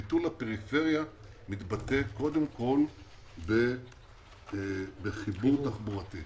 ביטול הפריפריה מתבטא קודם כל בחיבור תחבורתי.